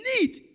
need